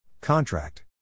Contract